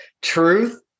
Truth